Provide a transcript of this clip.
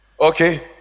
Okay